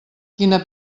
quina